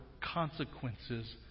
consequences